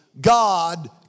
God